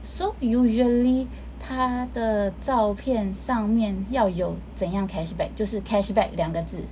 so usually 他的照片上面要有怎样 cashback 就是 cashback 两个字